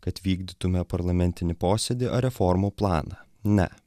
kad vykdytume parlamentinį posėdį ar reformų planą ne